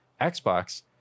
xbox